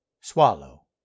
Swallow